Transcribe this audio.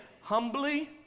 humbly